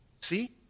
See